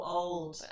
old